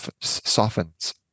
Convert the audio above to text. softens